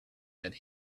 that